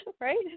Right